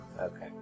Okay